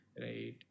right